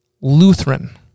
Lutheran